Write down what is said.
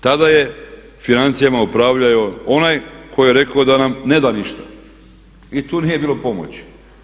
Tada je financijama upravljao onaj tko je rekao da nam ne da ništa i tu nije bilo pomoći.